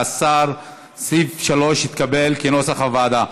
סעיף 3 התקבל כנוסח הוועדה.